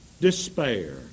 Despair